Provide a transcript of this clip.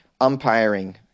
Umpiring